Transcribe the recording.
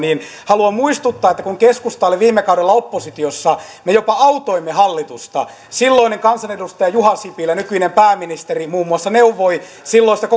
haluan muistuttaa että kun keskusta oli viime kaudella oppositiossa me jopa autoimme hallitusta silloinen kansanedustaja juha sipilä nykyinen pääministeri muun muassa neuvoi silloista